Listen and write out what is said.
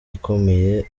ikomeye